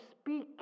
speak